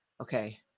okay